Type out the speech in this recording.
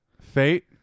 fate